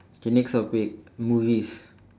okay next topic movies